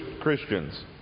Christians